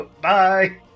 Bye